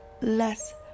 less